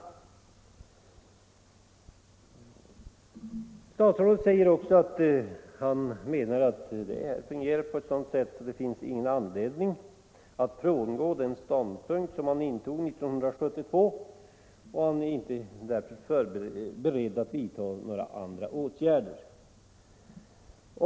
Statsrådet säger att han anser att detta fungerar på ett sådant sätt att det inte finns någon anledning för honom att frångå den ståndpunkt som han intog 1972, och han är därför inte beredd att vidta några åtgärder.